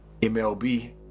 mlb